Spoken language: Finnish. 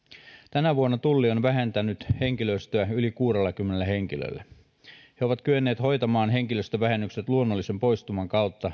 tänä vuonna tulli on vähentänyt henkilöstöä yli kuudellakymmenellä henkilöllä he ovat kyenneet hoitamaan henkilöstövähennykset luonnollisen poistuman kautta